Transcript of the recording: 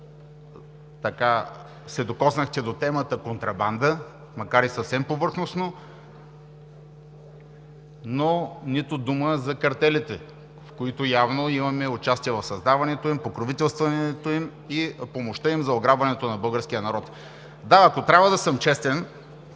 дни се докоснахте до темата „контрабанда“, макар и съвсем повърхностно, но нито дума за картелите, в които явно имате участие в създаването им, покровителстването им и помощта им за ограбването на българския народ. Да, ако трябва да съм честен,